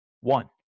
One